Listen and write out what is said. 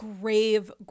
grave